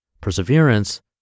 Perseverance